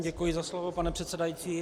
Děkuji za slovo, pane předsedající.